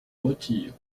retire